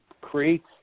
creates